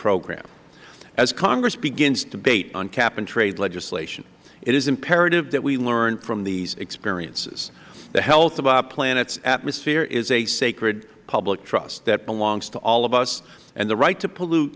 program as congress begins debate on cap and trade legislation it is imperative that we learn from these experiences the health of our planet's atmosphere is a sacred public trust that belongs to all of us and the right to pollute